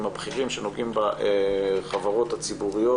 הבכירים שנוגעים בחברות הציבוריות.